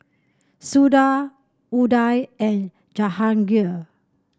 Suda Udai and Jahangir